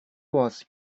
was